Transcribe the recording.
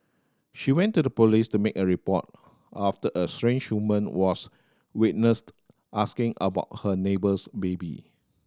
she went to the police to make a report after a strange woman was witnessed asking about her neighbour's baby